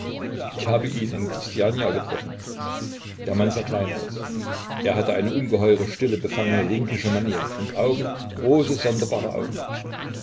ich habe ihn in kristiania getroffen der mann sah klein aus er hatte eine ungeheuer stille befangene linkische manier und augen große sonderbare augen